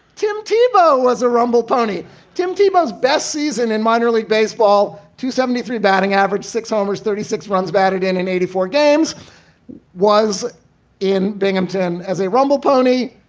tim tebow was a rumble pony tim tebow's best season in minor league baseball to seventy three batting average, six homers. thirty six runs batted in in eighty four games was in binghamton as a rumble pony.